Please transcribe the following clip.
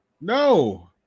No